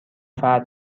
فتح